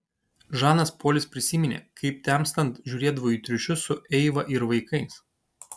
žanas polis prisiminė kaip temstant žiūrėdavo į triušius su eiva ir vaikais